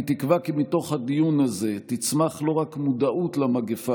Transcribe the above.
אני מקווה כי מתוך הדיון הזה תצמח לא רק מודעות למגפה